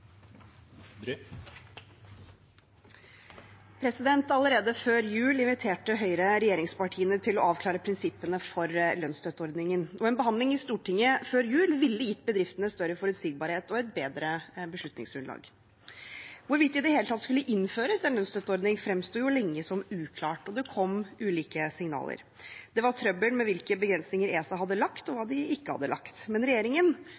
Allerede før jul inviterte Høyre regjeringspartiene til å avklare prinsippene for lønnsstøtteordningen, og en behandling i Stortinget før jul ville gitt bedriftene større forutsigbarhet og et bedre beslutningsgrunnlag. Hvorvidt det i det hele tatt skulle innføres en lønnsstøtteordning, fremsto jo lenge som uklart, og det kom ulike signaler. Det var trøbbel med hvilke begrensninger ESA hadde lagt, og hvilke de ikke hadde lagt. Men regjeringen